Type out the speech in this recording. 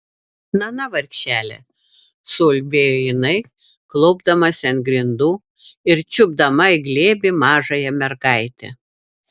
na na vargšele suulbėjo jinai klaupdamasi ant grindų ir čiupdama į glėbį mažąją mergaitę